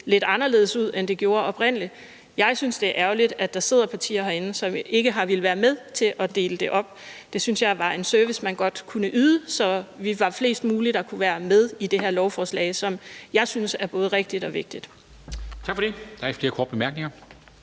lidt anderledes ud, end det gjorde oprindelig. Jeg synes, det er ærgerligt, at der sidder partier herinde, som ikke har villet være med til at dele det op; det synes jeg var en service man godt kunne yde, så flest muligt af os kunne være med i det her lovforslag, som jeg synes er både rigtigt og vigtigt.